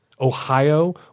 Ohio